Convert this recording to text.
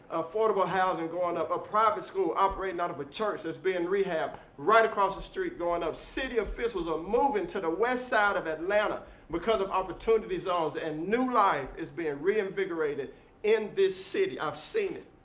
affordable housing, going up. a private school operating out of church is being rehabbed right across the street, going up. city officials are moving the west side of atlanta because of opportunity zones, and new life is being reinvigorated in this city. i've seen it.